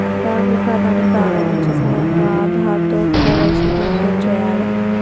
bank ఖాతాని ప్రారంభించే సమయంలో ఆధార్తో కేవైసీ ని అప్డేట్ చేయాలే